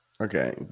Okay